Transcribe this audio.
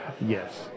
Yes